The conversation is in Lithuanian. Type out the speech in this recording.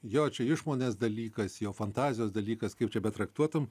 jo čia išmonės dalykas jo fantazijos dalykas kaip čia be traktuotum